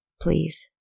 Please